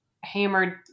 hammered